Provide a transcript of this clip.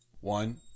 One